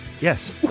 Yes